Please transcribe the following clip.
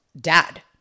dad